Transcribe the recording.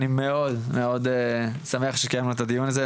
אני מאוד מאוד שמח שקיימנו את הדיון הזה,